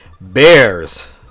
Bears